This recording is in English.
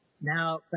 now